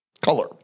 color